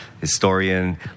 historian